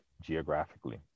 geographically